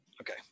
Okay